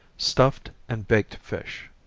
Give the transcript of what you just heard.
stuffed and baked fish.